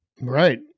right